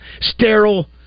sterile